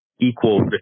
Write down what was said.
equal